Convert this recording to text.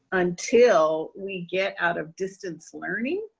until we get out of distance learning?